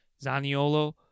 Zaniolo